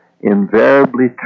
invariably